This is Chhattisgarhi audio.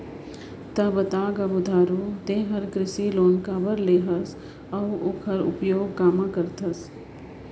बता गा बुधारू ते हर कृसि लोन काबर लेहे हस अउ ओखर उपयोग काम्हा करथस